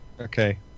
Okay